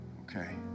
Okay